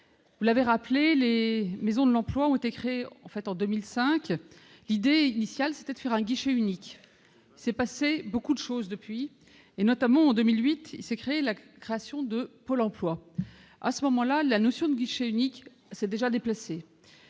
Vous l'avez rappelé, les maisons de l'emploi ont été créées en 2005. L'idée initiale était de faire un guichet unique. Il s'est passé beaucoup de choses depuis cette date ; je pense notamment à la création de Pôle emploi en 2008. À ce moment-là, la notion de guichet unique s'est déplacée.